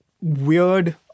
weird